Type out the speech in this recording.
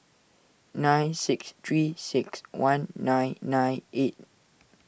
nine six three six one nine nine eight